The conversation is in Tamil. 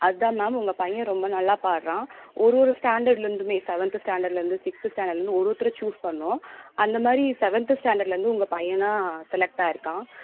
அதுதான் மேம் உங்கள் பையன் ரொம்ப நல்லா பாடுறான் ஒரு ஒரு ஸ்டாண்டர்ட்லிருந்துமே செவன்த்து ஸ்டாண்டர்ட்லிருந்து சிக்ஸ்த்து ஸ்டாண்டர்ட்லிருந்து ஒரு ஒருத்தரை சூஸ் பண்ணிணோம் அந்த மாதிரி செவன்த்து ஸ்டாண்டர்ட்லிருந்து உங்கள் பையன்தான் செலக்ட் ஆகியிருக்கான்